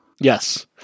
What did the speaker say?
Yes